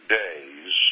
days